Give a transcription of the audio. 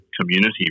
community